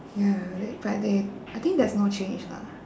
ya they but they I think there's no change lah